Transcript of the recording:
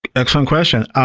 excellent question.